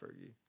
Fergie